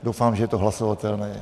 Doufám, že to hlasovatelné je.